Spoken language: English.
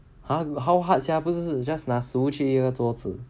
!huh! how hard sia 不是 you just 拿食物去那个桌子